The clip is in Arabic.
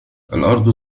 الأرض